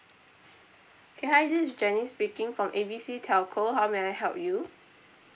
okay hi this is janice speaking from A B C telco how may I help you